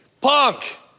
Punk